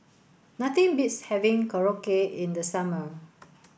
nothing beats having Korokke in the summer